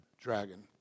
dragon